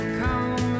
come